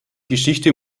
geschichte